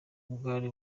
bwari